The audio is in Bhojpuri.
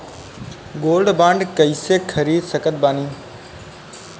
गोल्ड बॉन्ड कईसे खरीद सकत बानी?